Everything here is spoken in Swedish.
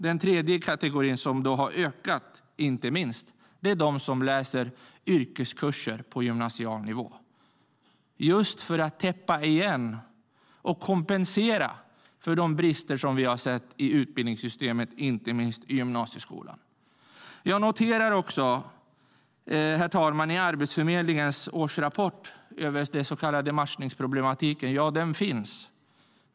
Den tredje kategorin som har ökat är de som läser yrkeskurser på gymnasial nivå, just för att täppa igen och kompensera för de brister som vi har i utbildningssystemet, inte minst i gymnasieskolan. Herr talman! Arbetsförmedlingen har gjort en årsrapport om den så kallade matchningsproblematiken - ja, den finns.